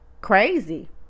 crazy